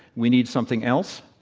we need something else,